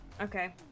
Okay